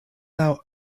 laŭ